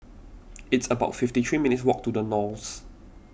it's about fifty three minutes' walk to the Knolls